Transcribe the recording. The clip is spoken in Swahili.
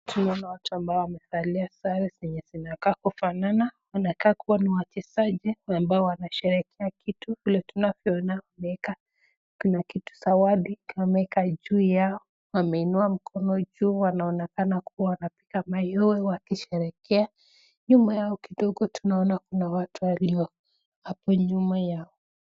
Tunaona watu wamevalia sare zenye zinakaa kufanana, inakaa kua ni wachezaji ambao wanasherehekea kitu, vile tunavyoona kuna kujizawadi wameeka juu yao wanainua mkono juu wanaonekana kua wanapiga mayowe wakisherehekea. Nyuma yao kidogo tunaona watu walio nyuma yao.